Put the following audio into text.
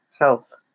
health